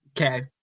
Okay